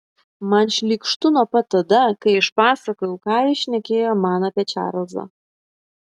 man šlykštu nuo pat tada kai išpasakojau ką jis šnekėjo man apie čarlzą